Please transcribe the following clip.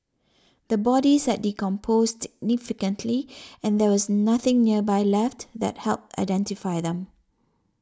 the bodies had decomposed nificantly and there was nothing nearby left that helped identify them